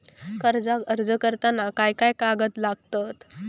कर्जाक अर्ज करताना काय काय कागद लागतत?